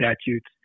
statutes